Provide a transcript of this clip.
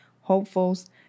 hopefuls